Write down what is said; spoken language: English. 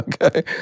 okay